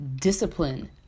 discipline